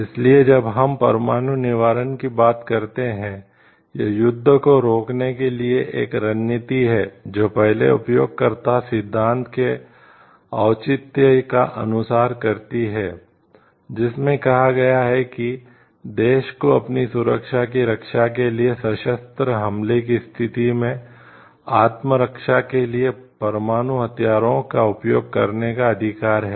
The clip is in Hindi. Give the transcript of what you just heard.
इसलिए जब हम परमाणु निवारण की बात करते हैं यह युद्ध को रोकने के लिए एक रणनीति है जो पहले उपयोगकर्ता सिद्धांत के औचित्य का अनुसरण करती है जिसमें कहा गया है कि देश को अपनी सुरक्षा की रक्षा के लिए सशस्त्र हमले की स्थिति में आत्मरक्षा के लिए परमाणु हथियारों का उपयोग करने का अधिकार है